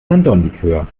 sanddornlikör